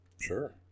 Sure